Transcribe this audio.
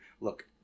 look